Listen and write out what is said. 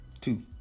two